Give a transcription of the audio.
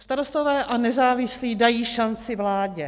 Starostové a nezávislí dají šanci vládě.